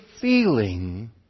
feeling